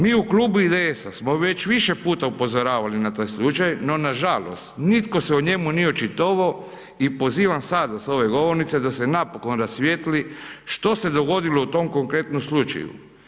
Mi u Klubu IDS-a smo već više puta upozoravali na taj slučaj, no nažalost, nitko se o njemu nije očitovao i pozivan sada s ove govornice, da se napokon rasvijetli što se dogodilo u tom konkretnom slučaju?